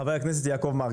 חבר הכנסת יעקב מרגי.